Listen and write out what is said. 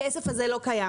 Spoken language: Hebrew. הכסף הזה לא קיים.